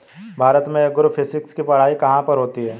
भारत में एग्रोफिजिक्स की पढ़ाई कहाँ पर होती है?